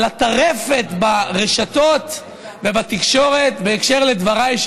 על הטרפת ברשתות ובתקשורת בקשר לדבריי,